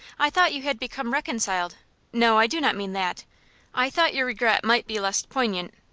i thought you had become reconciled no, i do not mean that i thought your regret might be less poignant.